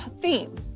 theme